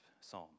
psalm